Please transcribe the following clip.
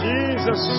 Jesus